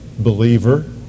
believer